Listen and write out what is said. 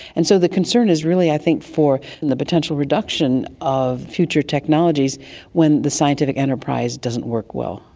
and so the concern is really i think for and the potential reduction of future technologies when the scientific enterprise doesn't work well.